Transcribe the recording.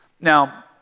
Now